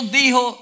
dijo